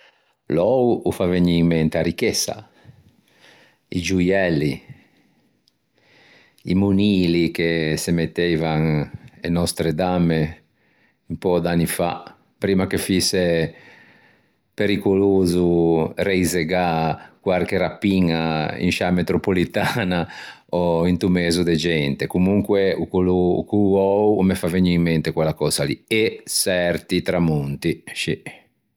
L'öo o fa vegnî in mente a ricchessa, i gioielli, i monili che se metteivan e nòstre damme un pö d'anni fa, primma che foïse pericoloso reisegâ quarche rapiña in sciâ metropolitaña ò into mezo de gente. Comunque o cô öo o me fa vegnî in mente quella cösa lì e çerti tramonti scì.